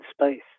space